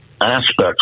aspects